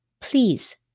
Please